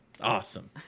awesome